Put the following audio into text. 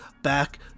Back